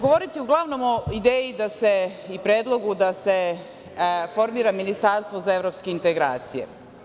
Govoriću uglavnom o ideji i predlogu da se formira ministarstvo za evropske integracije.